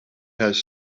has